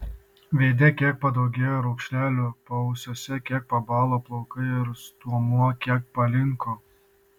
veide kiek padaugėjo raukšlelių paausiuose kiek pabalo plaukai ir stuomuo kiek palinko